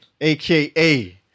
aka